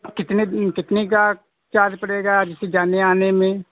कितना कितने का चार्ज पड़ेगा जाने आने में